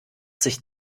sich